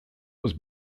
was